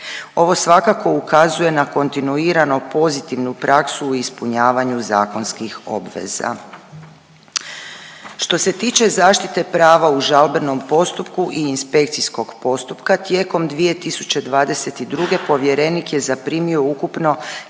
Ovo svakako ukazuje na kontinuirano pozitivnu praksu u ispunjavanju zakonskih obveza. Što se tiče zaštite prava u žalbenom postupku i inspekcijskog postupka tijekom 2022. povjerenik je zaprimio ukupno